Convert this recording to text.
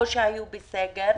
או שהיו בסגר.